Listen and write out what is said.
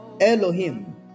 Elohim